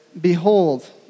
behold